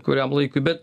kuriam laikui bet